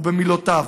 ובמילותיו: